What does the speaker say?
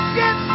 get